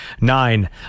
nine